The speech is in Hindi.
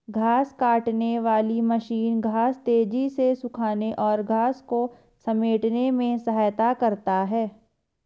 घांस काटने वाली मशीन घांस तेज़ी से सूखाने और घांस को समेटने में सहायता करता है